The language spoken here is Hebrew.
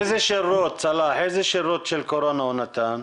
איזה שירות של קורונה הוא נתן?